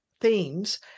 themes